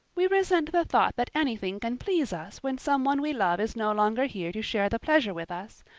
we resent the thought that anything can please us when someone we love is no longer here to share the pleasure with us,